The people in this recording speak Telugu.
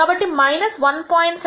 కాబట్టి 1